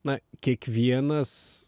na kiekvienas